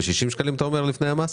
ב-60 שקלים לפני המס?